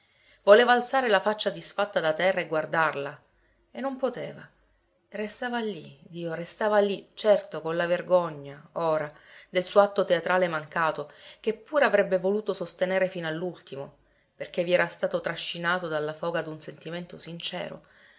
voleva alzare la faccia disfatta da terra e guardarla e non poteva e restava lì dio restava lì certo con la vergogna ora del suo atto teatrale mancato che pur avrebbe voluto sostenere fino all'ultimo perché vi era stato trascinato dalla foga d'un sentimento sincero